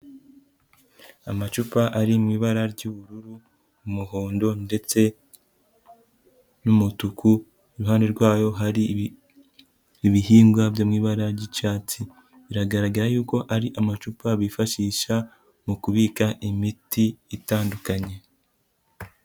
Amacupa ari mu ibara ry'ubururu, umuhondo ndetse n'umutuku, iruhande rwayo hari ibihingwa byo mu ibara ry'icyatsi, biragaragara yuko ari amacupa bifashisha mu kubika imiti itandukanye.